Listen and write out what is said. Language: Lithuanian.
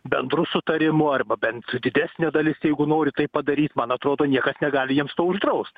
bendru sutarimu arba bent didesnė dalis jeigu nori tai padaryt man atrodo niekas negali jiems to uždraust